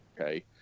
okay